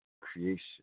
Creation